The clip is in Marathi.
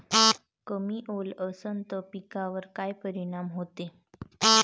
कमी ओल असनं त पिकावर काय परिनाम होते?